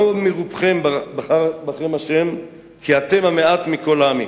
לא מרובכם בחר בכם השם, כי אתם המעט מכל העמים.